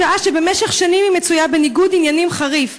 בשעה שבמשך שנים היא מצויה בניגוד עניינים חריף,